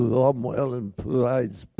c-c-cromwell and like